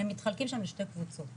הם מתחלקים שם לשתי קבוצות,